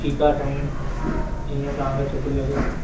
ठीकु आहे सांई जीअं तव्हांखे सुठो लॻे